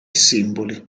simboli